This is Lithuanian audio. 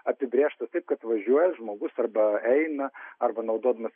apibrėžtas taip kad važiuoja žmogus arba eina arba naudodamas